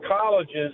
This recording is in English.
colleges